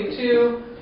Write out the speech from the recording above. Two